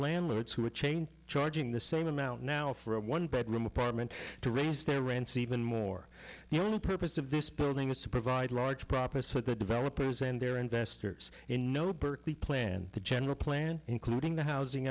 landlords who a chain charging the same amount now for a one bedroom apartment to raise their rants even more the only purpose of this building is to provide large proper so the developers and their investors in no berkeley plan the general plan including the housing